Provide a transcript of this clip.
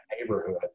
neighborhood